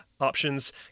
options